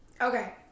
Okay